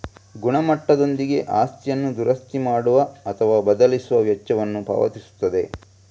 ಗುಣಮಟ್ಟದೊಂದಿಗೆ ಆಸ್ತಿಯನ್ನು ದುರಸ್ತಿ ಮಾಡುವ ಅಥವಾ ಬದಲಿಸುವ ವೆಚ್ಚವನ್ನು ಪಾವತಿಸುತ್ತದೆ